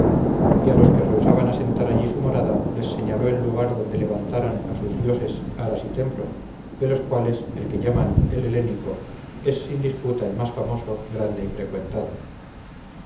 a los que rehusaran asentar allí su morada les señaló el lugar donde levantaran a sus dioses aras y templos de los cuales el que llaman el helénico es sin disputa el más famoso grande y frecuentado